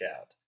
out